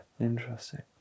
Interesting